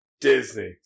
Disney